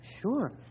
sure